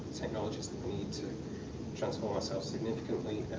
technologies that we need to transform ourselves significantly,